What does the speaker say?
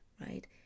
Right